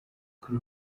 kuri